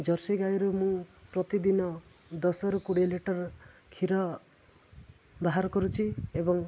Jersey ଗାଈରୁ ମୁଁ ପ୍ରତିଦିନ ଦଶରୁ କୋଡ଼ିଏ ଲିଟର କ୍ଷୀର ବାହାର କରୁଛିି ଏବଂ